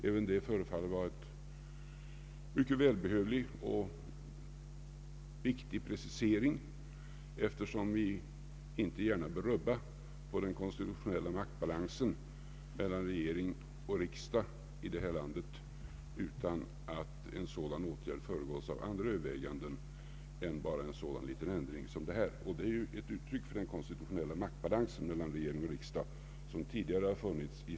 Även det förefaller vara en mycket välbehövlig och viktig precisering, eftersom vi inte gärna vill rubba den konstitutionella maktbalansen mellan regering och riksdag i detta land utan att en sådan åtgärd föregås av andra överväganden än sådana som sammanhänger med en sådan liten ändring som det här är fråga om. Förbudet för statsråd att delta i utskottsarbete är ett uttryck för den konstitutionella maktbalans mellan regering och riksdag som tidigare har funnits.